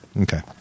Okay